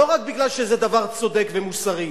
לא רק בגלל שזה דבר צודק ומוסרי,